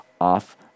off